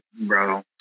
bro